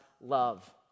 love